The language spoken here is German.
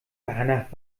danach